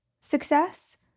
success